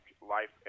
life